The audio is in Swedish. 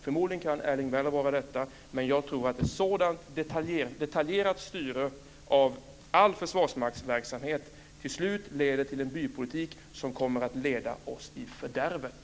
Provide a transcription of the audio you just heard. Förmodligen kan Erling Wälivaara det, men jag tror att ett sådant detaljerat styre av all försvarsmaktsverksamhet till slut leder till en bypolitik som kommer att leda oss i fördärvet.